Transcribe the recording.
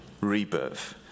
rebirth